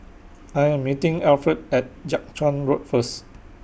I Am meeting Alfred At Jiak Chuan Road First